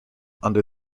under